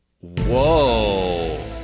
Whoa